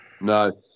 No